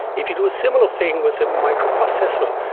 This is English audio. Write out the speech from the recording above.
if you do a similar thing with a microprocessor,